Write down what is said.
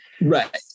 Right